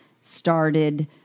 started